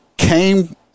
Came